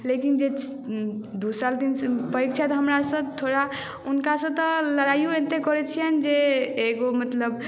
लेकिन जे दू साल तीन साल पैघ छथि हमरासँ थोड़ा हुनकासँ तऽ लड़ाइओ एतेक करैत छियनि जे एगो मतलब